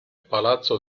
palazzo